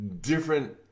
different